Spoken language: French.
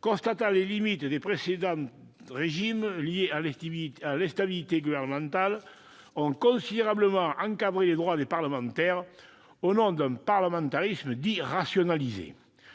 constatant les limites des précédents régimes liées à l'instabilité gouvernementale, ont considérablement encadré les droits des parlementaires, au nom d'un parlementarisme dit « rationalisé ».